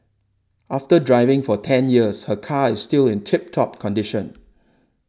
after driving for ten years her car is still in tip top condition